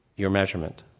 your measurement.